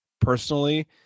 personally